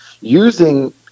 using